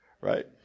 right